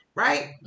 right